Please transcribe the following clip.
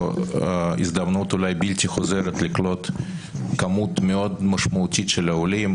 הזדמנות אולי בלתי חוזרת לקלוט כמות מאוד משמעותית של עולים,